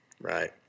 right